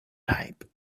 type